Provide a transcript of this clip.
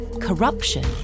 corruption